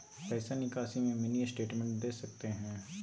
पैसा निकासी में मिनी स्टेटमेंट दे सकते हैं?